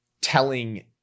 telling